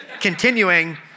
Continuing